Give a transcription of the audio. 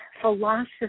philosophy